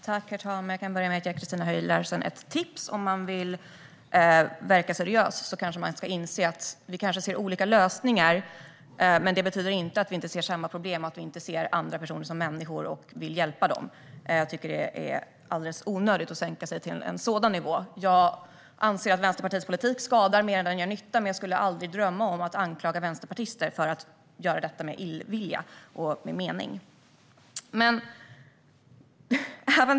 Herr talman! Jag kan börja med att ge Christina Höj Larsen ett tips: Om man vill verka seriös kanske man ska inse att vi ser olika lösningar men att det inte betyder att vi inte ser samma problem och att vi inte ser andra personer som människor och vill hjälpa dem. Jag tycker att det är alldeles onödigt att sänka sig till en sådan nivå. Jag anser att Vänsterpartiets politik skadar mer än den gör nytta, men jag skulle aldrig drömma om att anklaga vänsterpartister för att göra det med illvilja och med mening.